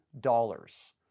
dollars